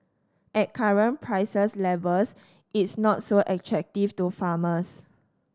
at current prices levels it's not so attractive to farmers